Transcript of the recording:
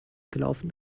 gelaufen